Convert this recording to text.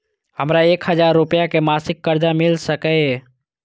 हमरा एक हजार रुपया के मासिक कर्जा मिल सकैये?